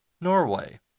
Norway